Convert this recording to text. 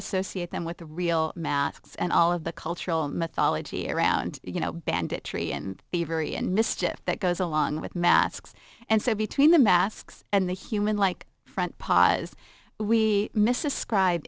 associate them with the real masks and all of the cultural mythology around you know banditry and be very and mischief that goes along with masks and so between the masks and the human like front paws we miss ascri